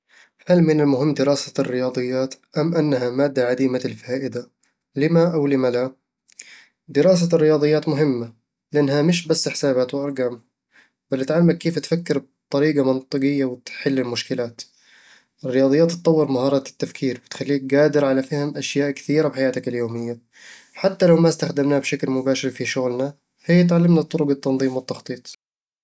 هل من المهم دراسة الرياضيات، أم أنها مادة عديمة الفائدة؟ لِمَ أو لِمَ لا؟ دراسة الرياضيات مهمة، لأنها مش بس حسابات وأرقام، بل تعلمك كيف تفكر بطريقة منطقية وتحل المشكلات الرياضيات تطور مهارات التفكير، وتخليك قادر على فهم أشياء كثيرة بحياتك اليومية حتى لو ما استخدمناها بشكل مباشر في شغلنا، هي تعلمنا طرق التنظيم والتخطيط